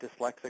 Dyslexic